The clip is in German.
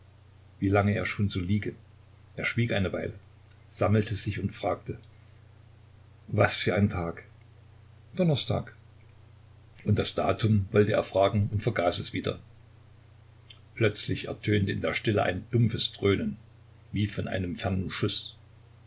wie lange er schon so liege er schwieg eine weile sammelte sich und fragte was für ein tag donnerstag und das datum wollte er fragen und vergaß es wieder plötzlich ertönte in der stille ein dumpfes dröhnen wie von einem fernen schuß